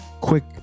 quick